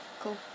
cool